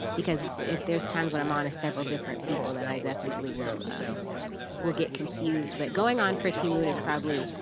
because if there's times when i'm on as several different people, then i definitely will um will get confused. but going on for ti moune is probably